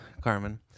Carmen